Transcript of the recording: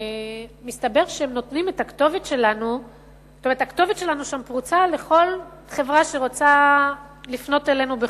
מסתבר שהכתובת שלנו שם פרוצה לכל חברה שרוצה לפנות אלינו,